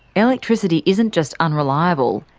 electricity isn't just unreliable,